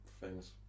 famous